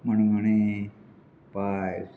मणगणें पायस